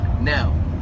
Now